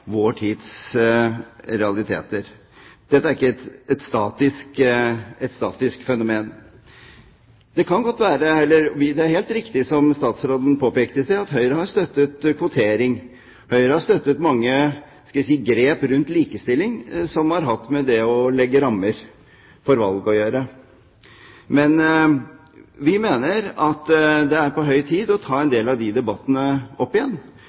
vår tids realiteter. Dette er ikke et statisk fenomen. Det er helt riktig, som statsråden påpekte i stad, at Høyre har støttet kvotering. Høyre har støttet mange grep rundt likestilling som har hatt å gjøre med det å legge rammer for valg. Men vi mener at det er på høy tid å ta en del av de debattene opp igjen,